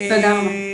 תודה רבה.